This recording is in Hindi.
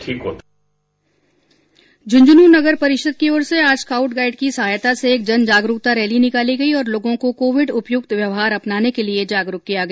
झुंझुनू नगर परिषद की ओर से आज स्काउट गाइड की सहायता से एक जनजागरूकता रैली निकाली गई और लोगों को कोविड उपयुक्त व्यवहार अपनाने के लिए जागरूक किया गया